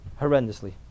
horrendously